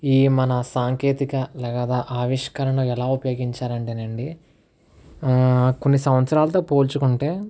ఈ మన సాంకేతికత లేదా ఆవిష్కరణ ఎలా ఉపయోగించాలి అంటేనండి కొన్ని సంవత్సరాలతో పోల్చుకుంటే